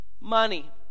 money